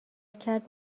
کرد